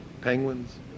Penguins